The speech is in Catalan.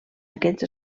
aquests